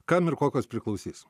kam ir kokios priklausys